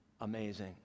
amazing